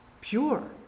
pure